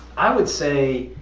i would say